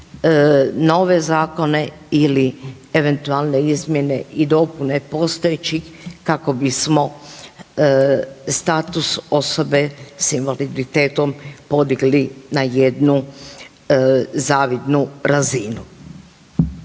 nove zakone ili eventualne izmjene i dopune postojećih kako bismo status osobe s invaliditetom podigli na jednu zavidnu razinu.